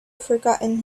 forgotten